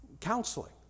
Counseling